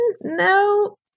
no